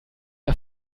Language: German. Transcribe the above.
ihr